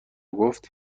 گفت